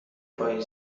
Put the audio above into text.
پای